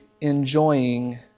enjoying